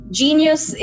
genius